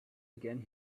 again